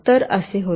तर असे होते